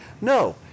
No